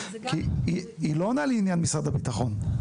היא לא עונה לי על עניין משרד הביטחון.